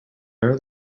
air